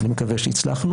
ואני מקווה שהצלחנו.